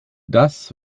das